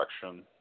direction